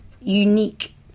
unique